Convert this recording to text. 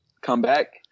comeback